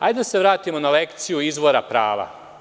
Hajde da se vratimo na lekciju izvora prava.